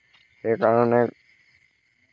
সেইকাৰণে